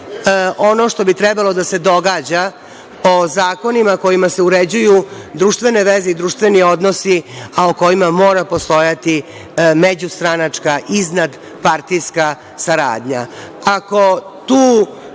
ono što bi trebalo da se događa o zakonima kojima se uređuju društvene veze i društveni odnosi, a o kojima mora postojati međustranačka iznadpartijska saradnja.